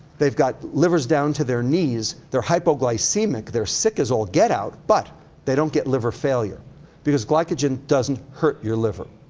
they've got livers down to their knees, they're hypoglycemic, they're sick as all get-out, but they don't get liver failure because glycogen doesn't hurt your liver.